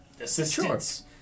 assistance